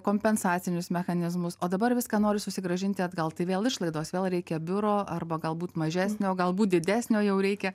kompensacinius mechanizmus o dabar viską nori susigrąžinti atgal tai vėl išlaidos vėl reikia biuro arba galbūt mažesnio o galbūt didesnio jau reikia